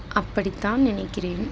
அப்படித்தான் நினைக்கிறேன்